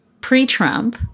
pre-Trump